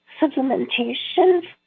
supplementation